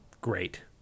Great